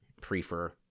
Prefer